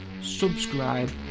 subscribe